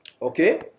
Okay